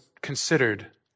considered